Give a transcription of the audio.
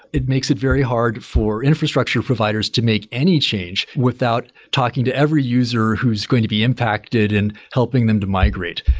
it makes it very hard for infrastructure providers to make any change without talking to every user who's going to be impacted and helping them to migrate.